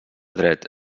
dret